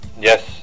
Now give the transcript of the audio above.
Yes